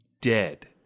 Dead